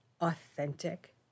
authentic